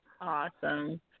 Awesome